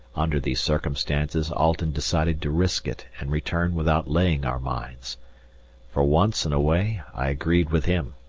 under these circumstances alten decided to risk it and return without laying our mines for once in a way i agreed with him,